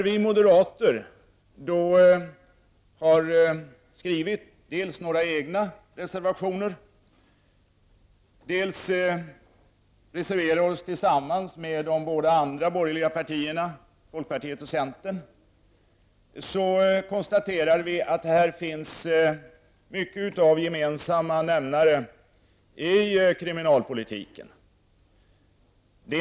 Vi moderater har skrivit dels egna reservationer, dels reserverar vi oss tillsammans med de båda andra borgerliga partierna folkpartiet och centern. Vi kan då konstatera att här finns mycket av gemensamma nämnare i kriminalpolitiken.